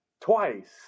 Twice